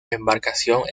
embarcación